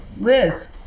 Liz